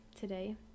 today